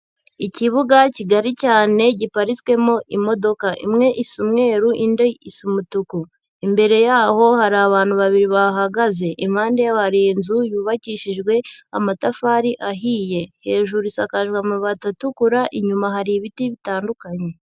Ikibuga kigari cyane giparitswemo imodoka, imwe isa umweru, indi isa umutuku, imbere yaho hari abantu babiri bahahagaze, impande yabo hari inzu yubakishijwe amatafari ahiye, hejuru isakaje amabati atukura, inyuma hari ibiti bitandukanye.